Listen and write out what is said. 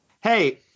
Hey